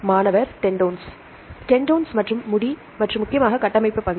மாணவர் tendons tendons மற்றும் முடி மற்றும் முக்கியமாக கட்டமைப்பு பங்கு